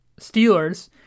Steelers